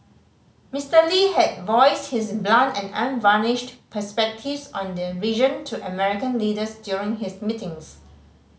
Mister Lee had voiced his blunt and unvarnished perspectives on the region to American leaders during his meetings